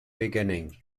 beginning